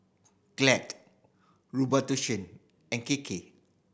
Glad Robitussin and Kiki